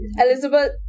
Elizabeth